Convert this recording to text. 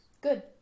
Good